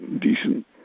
decent